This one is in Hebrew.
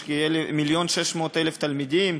יש כ-1.6 מיליון תלמידים,